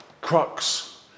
crux